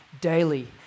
daily